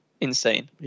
insane